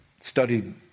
studied